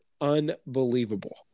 unbelievable